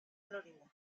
anónimo